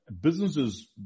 businesses